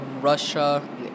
Russia